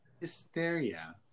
hysteria